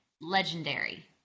legendary